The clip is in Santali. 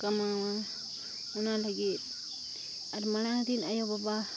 ᱠᱟᱢᱟᱣᱟ ᱚᱱᱟ ᱞᱟᱹᱜᱤᱫ ᱟᱨ ᱢᱟᱲᱟᱝ ᱨᱤᱱ ᱟᱭᱳᱼᱵᱟᱵᱟ